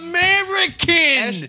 American